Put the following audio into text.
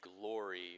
glory